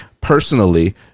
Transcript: personally